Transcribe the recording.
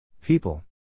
people